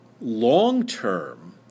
long-term